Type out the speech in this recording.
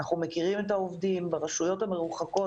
אנחנו מכירים את העובדים, ברשויות המרוחקות